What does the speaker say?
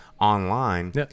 online